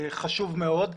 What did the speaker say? חשוב מאוד.